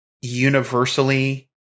universally